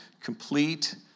Complete